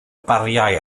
bariau